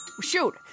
shoot